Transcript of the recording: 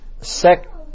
sec